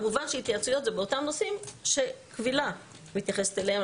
כמובן שהתייעצות זה באותם נושאים שקבילה מתייחסת אליהם.